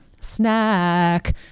snack